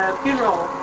funeral